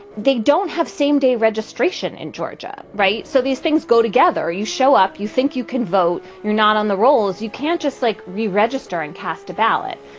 they don't have same day registration in georgia. right. so these things go together. you show up. you think you can vote. you're not on the rolls. you can't just, like, reregister and cast a ballot.